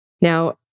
Now